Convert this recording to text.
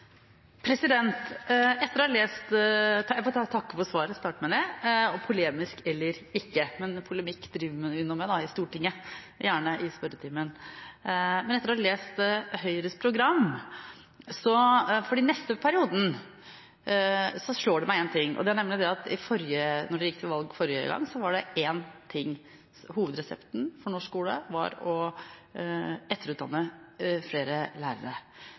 takke for svaret – polemisk eller ikke, men polemikk driver vi nå med i Stortinget, gjerne i spørretimen. Etter å ha lest Høyres program for neste periode slår én ting meg: Da de gikk til valg forrige gang, var hovedresepten for norsk skole å etterutdanne flere lærere – man mente altså at lærerne var for dårlige. Ut fra programmet nå ser jeg at det